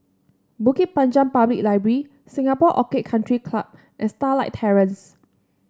Bukit Panjang Public Library Singapore Orchid Country Club and Starlight Terrace